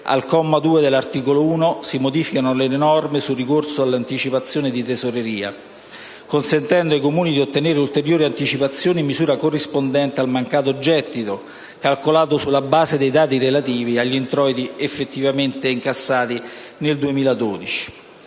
al comma 2 dell'articolo 1 si modificano le norme sul ricorso all'anticipazione di tesoreria, consentendo ai Comuni di ottenere ulteriori anticipazioni in misura corrispondente al mancato gettito, calcolato sulla base dei dati relativi agli introiti effettivamente incassati nel 2012.